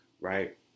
right